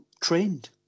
trained